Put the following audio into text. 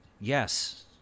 yes